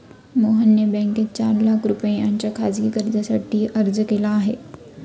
मोहनने बँकेत चार लाख रुपयांच्या खासगी कर्जासाठी अर्ज केला आहे